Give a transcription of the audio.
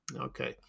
Okay